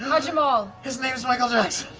kajimal. his name's michael jackson.